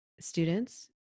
students